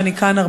כשאני כאן,